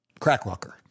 Crackwalker